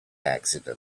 accident